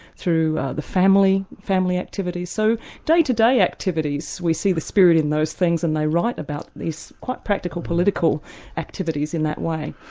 through the family, family activities, so day-to-day activities, we see the spirit in those things and they write about these quite practical political activities in that way.